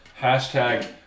hashtag